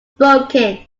broken